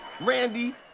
Randy